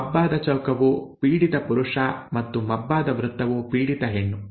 ಮಬ್ಬಾದ ಚೌಕವು ಪೀಡಿತ ಪುರುಷ ಮತ್ತು ಮಬ್ಬಾದ ವೃತ್ತವು ಪೀಡಿತ ಹೆಣ್ಣು